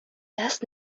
دست